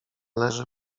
leży